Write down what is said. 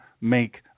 make